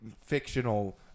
fictional